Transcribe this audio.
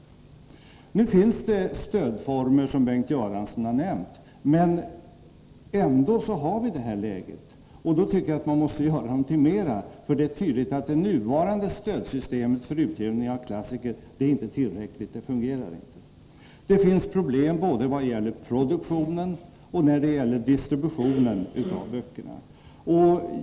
Nu finns det stödformer, som Bengt Göransson har nämnt, men ändå har vi det här läget. Då tycker jag att man måste göra någonting mera, för det är tydligt att nuvarande stödsystem för utgivning av klassiker inte är tillräckligt — det fungerar inte. Det finns problem både vad gäller produktionen och när det gäller distributionen av böckerna.